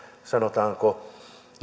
sanotaanko